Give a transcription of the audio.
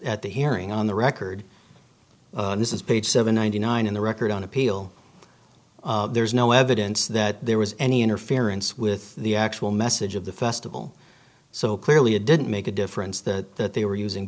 at the hearing on the record this is page seven ninety nine in the record on appeal there's no evidence that there was any interference with the actual message of the festival so clearly it didn't make a difference that they were using